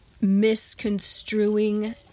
misconstruing